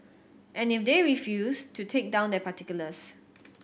and if they refuse to take down their particulars